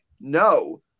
no